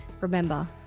remember